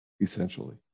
essentially